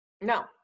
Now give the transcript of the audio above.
No